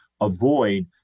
avoid